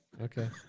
Okay